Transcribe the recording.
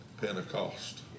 Pentecost